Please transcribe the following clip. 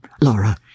Laura